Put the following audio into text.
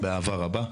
באהבה רבה.